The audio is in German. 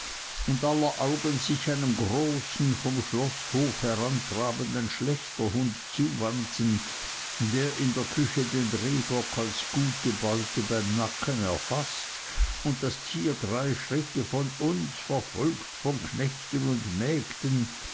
und aller augen sich einem großen vom schloßhof herantrabenden schlächterhund zuwandten der in der küche den rehbock als gute beute beim nacken erfaßt und das tier drei schritte von uns verfolgt von knechten und mägden